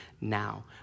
now